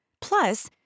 Plus